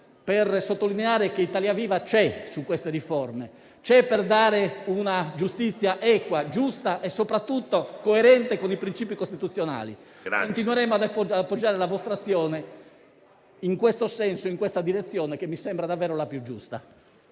per sottolineare che Italia Viva c'è su queste riforme, per dare una giustizia equa, giusta e soprattutto coerente con i principi costituzionali. Continueremo ad appoggiare la vostra azione, in questo senso e in questa direzione, che mi sembra davvero la più giusta.